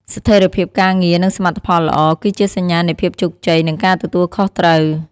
ស្ថិរភាពការងារ និងសមិទ្ធផលល្អ គឺជាសញ្ញានៃភាពជោគជ័យ និងការទទួលខុសត្រូវ។